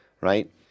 right